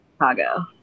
Chicago